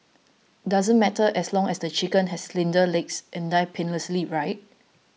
doesn't matter as long as the chicken has slender legs and died painlessly right